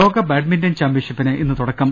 ലോക ബാഡ്മിന്റൺ ചാമ്പൃൻഷിപ്പിന് ഇന്ന് തുടക്കം